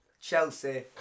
Chelsea